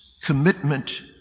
commitment